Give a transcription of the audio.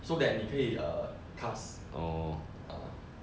so that 你可以 err cast uh